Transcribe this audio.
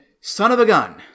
son-of-a-gun